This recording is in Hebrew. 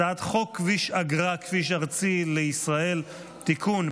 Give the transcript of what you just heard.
הצעת חוק כביש אגרה (כביש ארצי לישראל) (תיקון,